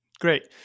Great